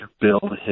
build